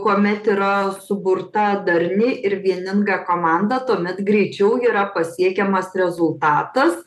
kuomet yra suburta darni ir vieninga komanda tuomet greičiau yra pasiekiamas rezultatas